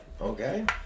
Okay